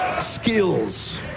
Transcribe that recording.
skills